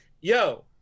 yo